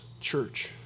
church